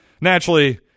naturally